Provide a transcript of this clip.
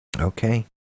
Okay